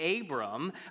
Abram